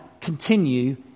continue